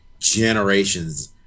Generations